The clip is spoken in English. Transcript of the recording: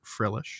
frillish